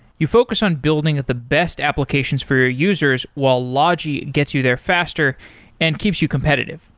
you focus on building at the best applications for your users while logi gets you there faster and keeps you competitive.